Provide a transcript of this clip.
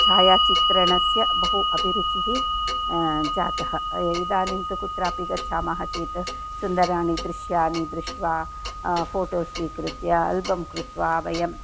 छायाचित्रणस्य बहु अभिरुचिः जातः इदानीं तु कुत्रापि गच्छामः चेत् सुन्दराणि दृश्यानि दृष्ट्वा फ़ोटो स्वीकृत्य अल्बं कृत्वा वयं